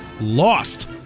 Lost